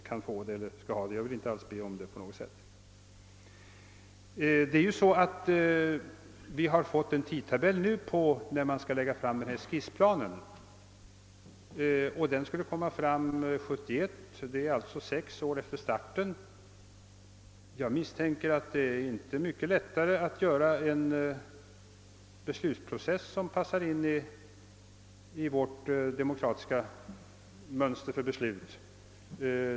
Jag vill betona att jag inte alls ber att bygglagutredningen skall få överväga saken. Vi har ju nu fått en tidtabell för framläggandet av skissplanen — den skulle komma att framläggas 1971, alltså sex år efter starten. Jag misstänker att det inte är mycket lättare att åstadkomma en beslutsprocess som passar in i vårt demokratiska mönster för beslut.